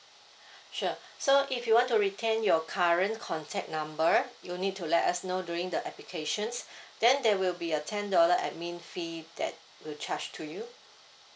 sure so if you want to retain your current contact number you need to let us know during the applications then there will be a ten dollar admin fee that will charge to you